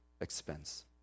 expense